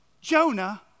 Jonah